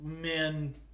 Men